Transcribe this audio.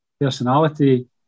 personality